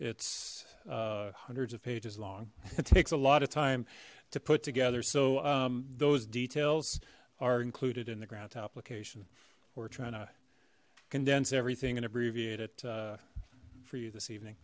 it's hundreds of pages long it takes a lot of time to put together so those details are included in the grant application or trying to condense everything and abbreviate it for you this evening